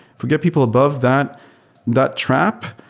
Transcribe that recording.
if we get people above that that trap,